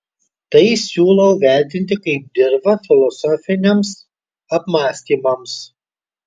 tai siūlau vertinti kaip dirvą filosofiniams apmąstymams